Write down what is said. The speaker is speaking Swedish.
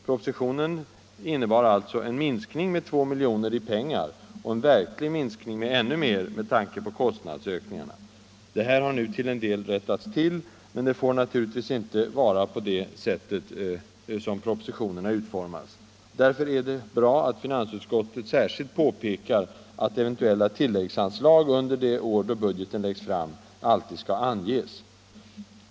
Propositionen innebar alltså en minskning med 2 miljoner i pengar och en verklig minskning med ännu mer med tanke på kostnadsökningarna. Det här har nu till en del rättats till, men propositioner får naturligtvis inte utformas på det sättet. Därför är det bra att finansutskottet särskilt påpekar att eventuella tilläggsanslag under det år då budgeten läggs fram alltid skall anges.